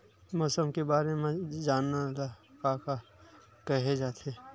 मौसम के बारे म जानना ल का कहे जाथे?